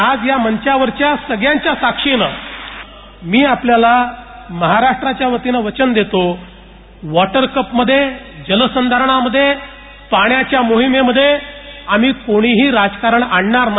आज या मंचावरच्या सगळ्यांच्या साक्षीने मी आपल्याला महाराष्ट्राच्या वतीने वाचन देतो कि वॉटरकप मध्येजलसंधारण मध्ये पाण्याच्या मोहिमेमध्ये कोणीही राजकारण आणणार नाही